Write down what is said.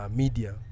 media